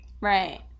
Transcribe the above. right